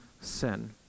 sin